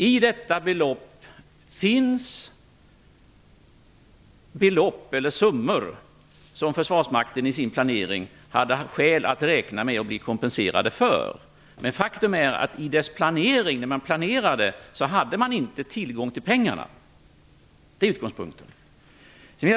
I detta belopp finns summor som försvarsmakten i sin planering hade skäl att räkna med att bli kompenserad för. Men faktum är att man inte hade tillgång till pengarna när man planerade. Det är utgångspunkten.